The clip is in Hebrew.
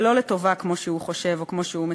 ולא לטובה כמו שהוא חושב או כמו שהוא מצפה.